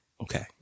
Okay